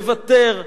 לוותר,